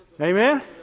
Amen